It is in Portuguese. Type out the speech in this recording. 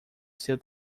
seu